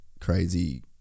crazy